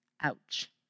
Ouch